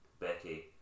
Becky